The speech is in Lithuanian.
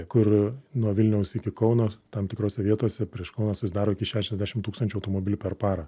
kai kur nuo vilniaus iki kauno tam tikrose vietose prieš kauną susidaro iki šešiasdešim tūkstančių automobilių per parą